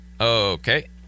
Okay